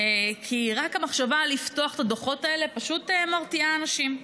כי רק המחשבה לפתוח את הדוחות האלה פשוט מרתיעה אנשים.